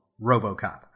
RoboCop